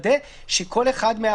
חוץ מהעובדה שזה מייחד משהו ותמיד השאלה,